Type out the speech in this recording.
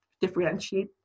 differentiate